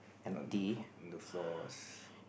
on the floors